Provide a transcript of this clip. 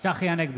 שרן מרים